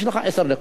יש לך עשר דקות.